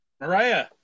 Mariah